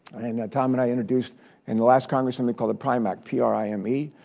and tom and i introduced in the last congress something called the prime act, p r i m e.